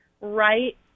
right